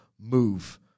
move